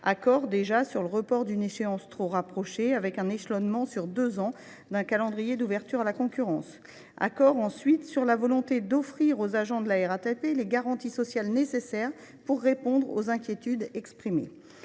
Accord déjà sur le report d’une échéance trop rapprochée, avec un échelonnement sur deux ans du calendrier d’ouverture à la concurrence. Accord ensuite sur la volonté d’offrir aux agents de la RATP les garanties sociales nécessaires pour répondre aux inquiétudes exprimées.